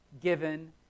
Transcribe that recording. given